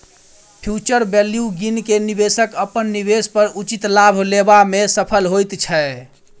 future value गिन केँ निबेशक अपन निबेश पर उचित लाभ लेबा मे सफल होइत छै